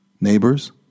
neighbors